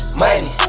money